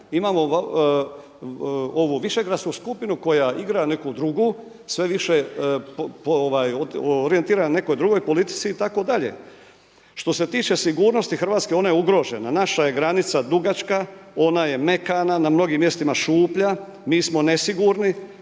imamo ovu Višegradsku skupinu koja igra neku drugu sve više je orijentirana nekoj drugoj politici itd. Što se tiče sigurnosti Hrvatske ona je ugrožena. Naša je granica dugačka, ona je mekana, na mnogim mjestima šuplja. Mi smo nesigurni,